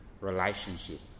relationship